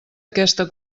aquesta